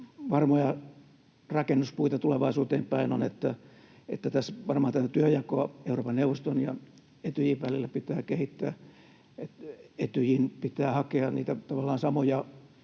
varmoja rakennuspuita tulevaisuuteen päin on se, että tässä varmaan työnjakoa Euroopan neuvoston ja Etyjin välillä pitää kehittää. Etyjin pitää hakea tavallaan niitä